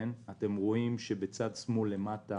אתם רואים בשקף בצד שמאל למטה